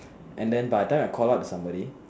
and then by the time I call out to somebody